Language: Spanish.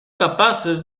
capaces